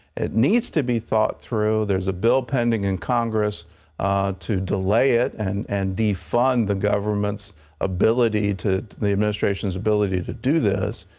it needs to be thought through. there is a bill pending in congress to delay it and and defund the government's ability the administration's ability to do this.